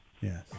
Yes